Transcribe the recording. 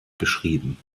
beschrieben